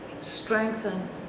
strengthen